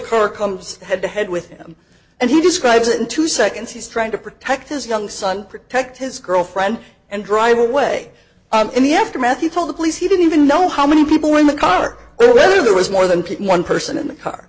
car comes head to head with him and he describes it in two seconds he's trying to protect his young son protect his girlfriend and drive away i'm in the aftermath he told the police he didn't even know how many people were in the car or whether there was more than people one person in the car